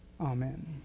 Amen